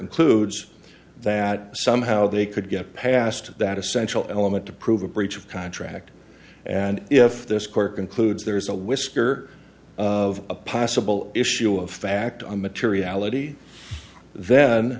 concludes that somehow they could get past that essential element to prove a breach of contract and if this court concludes there's a whisker of a possible issue of fact on materiality then